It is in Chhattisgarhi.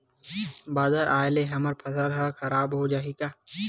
बादर आय ले हमर फसल ह खराब हो जाहि का?